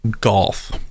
golf